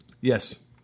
Yes